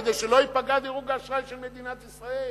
כדי שלא ייפגע דירוג האשראי של מדינת ישראל.